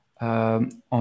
On